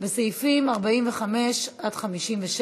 וסעיפים 45 56: